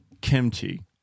kimchi